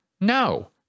No